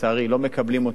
לא מקבלים אותם כלקוחות,